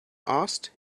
asked